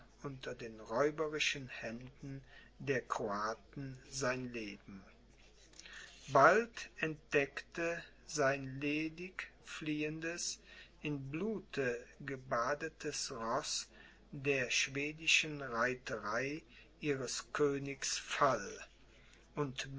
unter den räuberischen händen der kroaten sein leben bald entdeckte sein ledig fliehendes in blute gebadetes roß der schwedischen reiterei ihres königs fall und